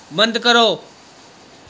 बंद करो